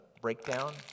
breakdown